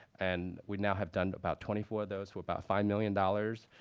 and we now have done about twenty four of those for about five million dollars.